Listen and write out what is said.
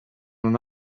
non